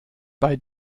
bei